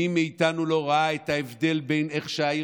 מי מאיתנו לא ראה את ההבדל בין איך שהעיר